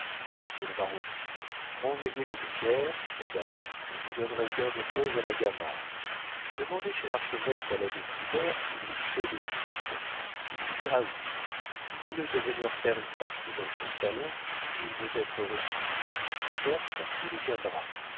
monsieur le baron renvoyez le vicaire madame vous donnerez gain de cause à la gamard demandez chez l'archevêque à l'abbé troubert s'il sait le wisth il vous dira oui priez-le de venir faire une partie dans ce salon où il veut être reçu certes il y viendra